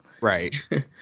Right